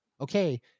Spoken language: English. okay